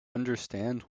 understand